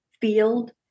field